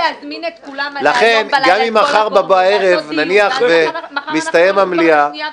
לכן גם אם מחר בערב תסתיים המליאה,